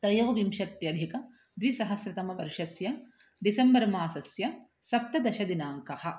त्रयोविंशत्यधिकद्विसहस्रतमवर्षस्य डिसम्बर् मासस्य सप्तदशदिनाङ्कः